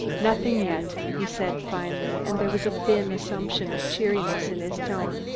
nothing yet, he said finally, and there was a thin assumption of cheeriness in his tone.